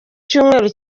cyumweru